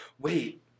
wait